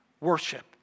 worship